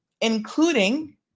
including